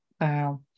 Wow